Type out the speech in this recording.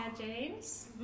James